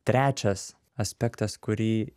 trečias aspektas kurį